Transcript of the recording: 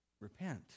repent